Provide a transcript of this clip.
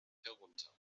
herunter